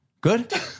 Good